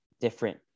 different